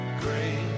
great